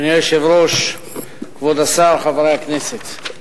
אדוני היושב-ראש, כבוד השר, חברי הכנסת,